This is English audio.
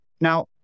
Now